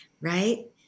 right